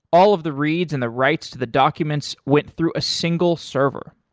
all of the reads and the writes to the documents went through a single server.